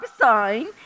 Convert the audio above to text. sign